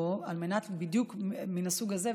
בדיוק מהסוג הזה,